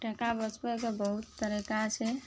टाका बचबयके बहुत तरीका छै